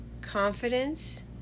confidence